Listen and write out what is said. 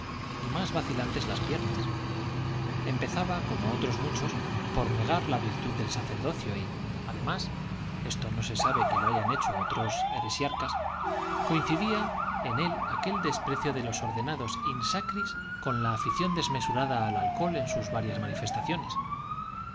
y más vacilantes las piernas empezaba como otros muchos por negar la virtud del sacerdocio y además esto no se sabe que lo hayan hecho otros heresiarcas coincidía en él aquel desprecio de los ordenados in sacris con la afición desmesurada al alcohol en sus varias manifestaciones